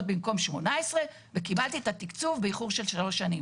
במקום 18 וקיבלתי את התקצוב באיחור של שלוש שנים.